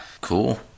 cool